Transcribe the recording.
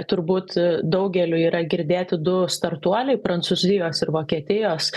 turbūt daugeliui yra girdėti du startuoliai prancūzijos ir vokietijos